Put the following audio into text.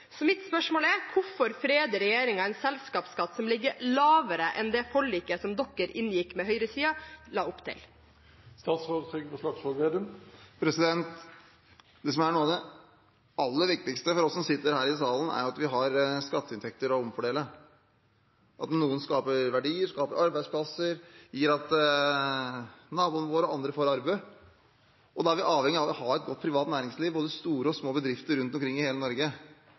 Så mitt spørsmål er: Hvorfor freder regjeringen en selskapsskatt som ligger lavere enn det forliket som man inngikk med høyresiden, la opp til? Det som er noe av det aller viktigste for oss som sitter i denne salen, er at vi har skatteinntekter å omfordele. At noen skaper verdier og arbeidsplasser, gjør at naboen vår og andre får arbeid. Da er vi avhengig av å ha et godt privat næringsliv – både store og små bedrifter rundt omkring i hele Norge